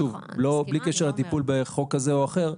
בלי קשר לטיפול בחוק הזה או אחר.